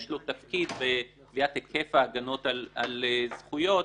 יש לו תפקיד בקביעת היקף ההגנות על זכויות,